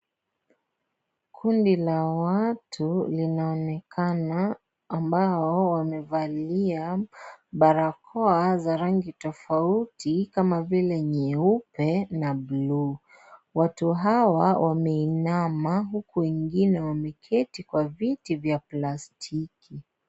Kundi la watu linaonekana ambao wamevalia barakoa za rangi tofauti kama vile nyeupe na bluu. Watu hawa wameinama huku wengine wameketi kwa viti vya plastiki.